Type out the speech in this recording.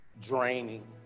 Draining